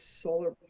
solar